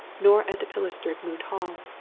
nor at the pilastered moot hall,